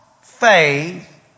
faith